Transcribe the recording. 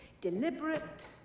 deliberate